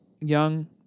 young